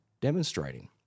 demonstrating